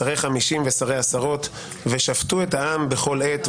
שרי חמישים ושרי עשרות ושפטו את העם בכל עת.